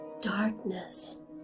darkness